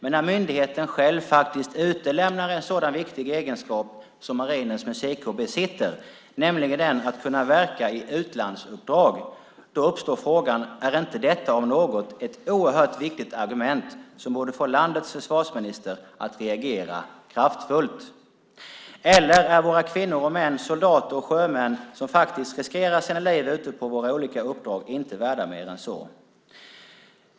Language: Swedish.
Men när myndigheten själv faktiskt utelämnar en sådan viktig egenskap som Marinens musikkår besitter, nämligen att kunna verka i utlandsuppdrag, uppstår frågan: Är inte detta om något ett oerhört viktigt argument som borde få landets försvarsminister att reagera kraftfullt? Eller är våra kvinnor och män, soldater och sjömän, som faktiskt riskerar sina liv ute på våra olika uppdrag inte värda mer än så?